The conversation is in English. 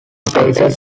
places